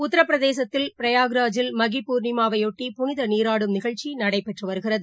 உத்தரபிரேசத்தில் பிரயாக்ராஜில் மகி பூர்ணிமாவையாட்டி புனிதநீராடும் நிகழ்ச்சிநடைபெற்றுவருகிறது